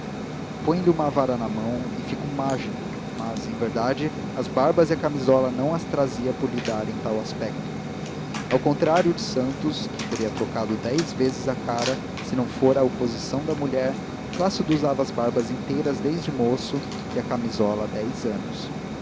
põe lhe uma vara na mão e fica um mágico mas em verdade as barbas e a camisola não as trazia por lhe darem tal aspecto ao contrário de santos que teria trocado dez vezes a cara se não fora a oposição da mulher plácido usava as barbas inteiras desde moço e a camisola há dez anos